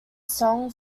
song